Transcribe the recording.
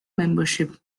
membership